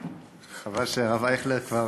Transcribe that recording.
חבל שהרב אייכלר כבר